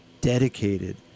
dedicated